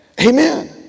Amen